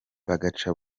bagaca